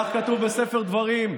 כך כתוב בספר דברים.